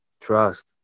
Trust